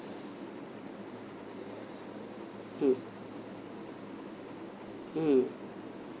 mm mm